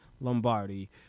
Lombardi